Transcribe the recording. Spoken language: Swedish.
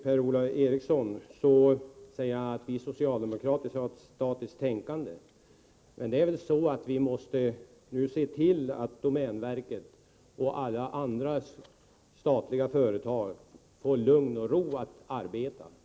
Per-Ola Eriksson säger att vi socialdemokrater har ett statiskt tänkande, men vi måste nu se till att domänverket och alla andra statliga företag får lugn och ro att arbeta.